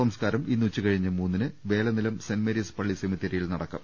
സംസ്കാരം ഇന്ന് ഉച്ചകഴിഞ്ഞ് മൂന്നിന് വേലനിലം സെന്റ് മേരീസ് പള്ളി സെമിത്തേരിയിൽ നടക്കും